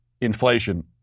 inflation